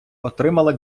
отримала